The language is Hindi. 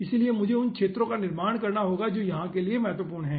इसलिए मुझे उन क्षेत्रों का निर्माण करना होगा जो यहां के लिए महत्वपूर्ण हैं